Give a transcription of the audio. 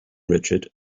richard